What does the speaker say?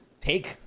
take